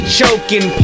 choking